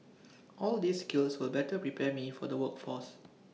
all these skills will better prepare me for the workforce